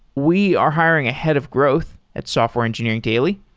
we are hiring a head of growth at software engineering daily.